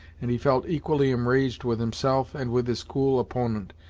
and he felt equally enraged with himself and with his cool opponent,